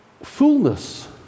fullness